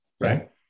right